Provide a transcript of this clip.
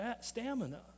stamina